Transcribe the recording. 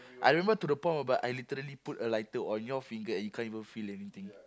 I remember to the point whereby I literally put a lighter on your finger and you can't even feel anything